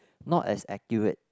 not as accurate